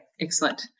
excellent